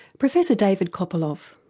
professor david copolov.